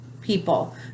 people